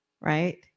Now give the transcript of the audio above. right